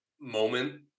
moment